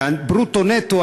הברוטו נטו,